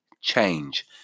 change